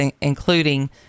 including